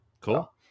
Cool